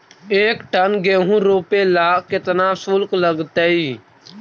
एक टन गेहूं रोपेला केतना शुल्क लगतई?